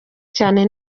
cyane